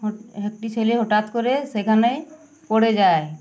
হ একটি ছেলে হঠাৎ করে সেখানেই পড়ে যায়